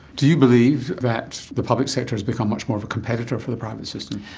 do you believe that the public sector has become much more of a competitor for the private system?